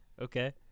Okay